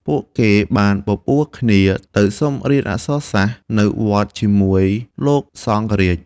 ពួកគេបានបបួលគ្នាទៅសុំរៀនអក្សរសាស្ត្រនៅវត្តជាមួយលោកសង្ឃរាជ។